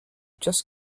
just